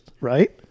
right